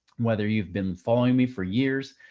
whether you've been following me for years,